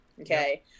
Okay